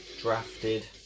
drafted